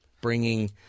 bringing